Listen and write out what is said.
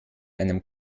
einem